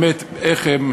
באמת, איך הן